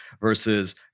versus